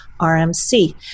RMC